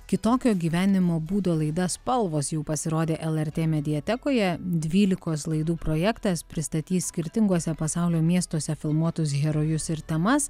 kitokio gyvenimo būdo laida spalvos jau pasirodė lrt mediatekoje dvylikos laidų projektas pristatys skirtinguose pasaulio miestuose filmuotus herojus ir temas